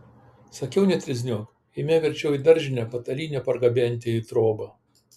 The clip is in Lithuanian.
sakiau netrizniuok eime verčiau į daržinę patalynę pargabenti į trobą